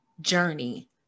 journey